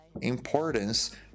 importance